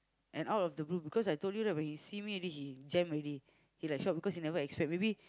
and out of the blue because I told you right when he see me already he jam already he like shocked because he never expect maybe